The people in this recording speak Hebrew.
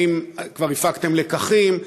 האם כבר הפקתם לקחים?